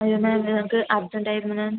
അയ്യോ മാം ഞങ്ങൾക്ക് അർജെൻ്റ് ആയിരുന്നു മാം